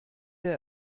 der